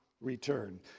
return